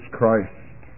Christ